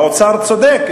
האוצר צודק,